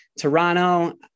Toronto